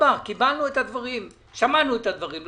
לדבר על